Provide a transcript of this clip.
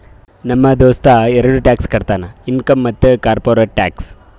ನಮ್ ದೋಸ್ತ ಎರಡ ಟ್ಯಾಕ್ಸ್ ಕಟ್ತಾನ್ ಇನ್ಕಮ್ ಮತ್ತ ಕಾರ್ಪೊರೇಟ್ ಟ್ಯಾಕ್ಸ್